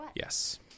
Yes